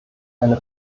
eine